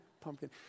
pumpkin